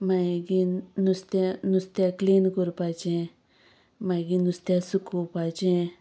मागीर नुस्त्या नुस्त्या क्लीन करपाचें मागीर नुस्त्या सुकोवपाचें